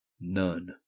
none